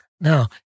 Now